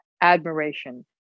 admiration